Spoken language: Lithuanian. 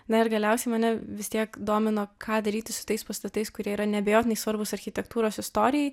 na ir galiausiai mane vis tiek domino ką daryti su tais pastatais kurie yra neabejotinai svarbūs architektūros istorijai